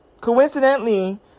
Coincidentally